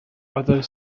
other